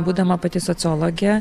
būdama pati sociologe